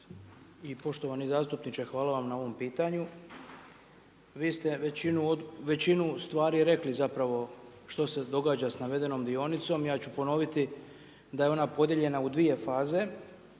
i poštovani zastupniče hvala vam na ovom pitanju. Vi ste većinu stvari rekli zapravo što se događa sa navedenom dionicom, ja ću ponoviti podijeljena u dvije faze.